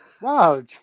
Wow